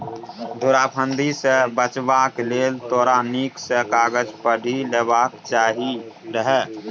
धुरफंदी सँ बचबाक लेल तोरा नीक सँ कागज पढ़ि लेबाक चाही रहय